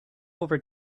over